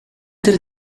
тэр